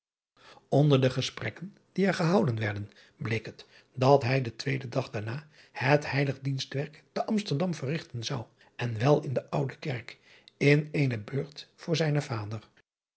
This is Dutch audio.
nder de gesprekken die er gehouden werden bleek het dat hij den tweeden dag daarna het heilig dienstwerk te msterdam verrigten zou en wel in de ude erk in eene beurt voor zijnen vader